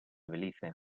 belice